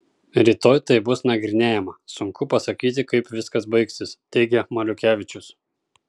rytoj tai bus nagrinėjama sunku pasakyti kaip viskas baigsis teigia maliukevičius